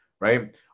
Right